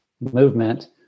movement